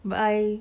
but I